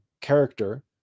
character